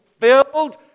filled